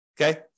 okay